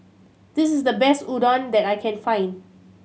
this is the best Udon that I can find